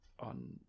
On